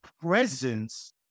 presence